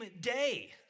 day